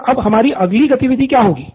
sir अब हमारी अगली गतिविधि क्या होगी